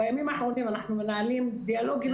ובימים האחרונים אנחנו מנהלים דיאלוג עם המשרד,